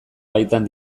baitan